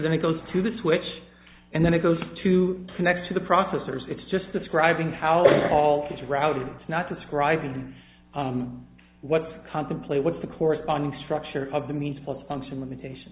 then it goes to the switch and then it goes to connect to the processors it's just describing how all this route is not described and what's contemplate what's the corresponding structure of the means of a function limitation